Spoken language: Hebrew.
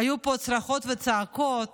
היו פה צרחות וצעקות